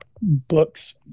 books